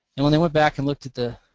and when they went back and looked at the,